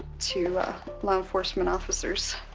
to law enforcement officers.